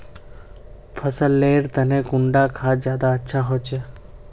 फसल लेर तने कुंडा खाद ज्यादा अच्छा होचे?